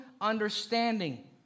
understanding